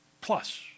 plus